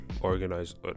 organized